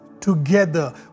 together